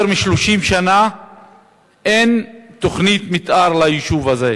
יותר מ-30 שנה אין תוכנית מיתאר ליישוב הזה.